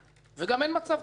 וגם אין מצב קיים.